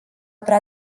prea